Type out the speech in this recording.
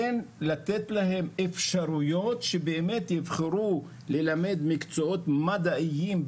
כן לתת להם אפשרויות שבאמת יבחרו ללמד מקצועות מדעיים,